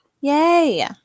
Yay